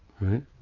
Right